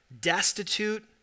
destitute